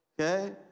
Okay